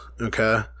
okay